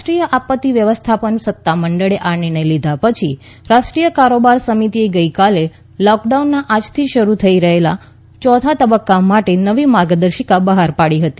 રાષ્ટ્રીય આપત્તિ વ્યવસ્થાપન સત્તામંડળે આ નિર્ણય લીધા પછી રાષ્ટ્રીય કારોબાર સમિતીએ ગઇકાલે લોંકડાઉનના આજથી શરૂ થઇ રહેલા ચોથા તબક્કા માટે નવી માર્ગદર્શિકા બહાર પાડી હતી